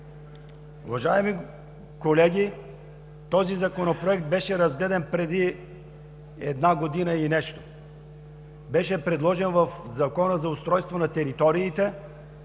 Уважаеми колеги, този законопроект беше разгледан преди една година и нещо. Беше предложен в Закона за устройство на територията